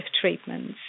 treatments